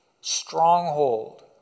stronghold